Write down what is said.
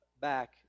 back